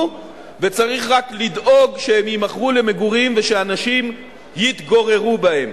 וצריך רק לדאוג שהן יימכרו למגורים ושאנשים יתגוררו בהן.